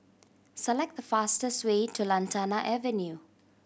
select the fastest way to Lantana Avenue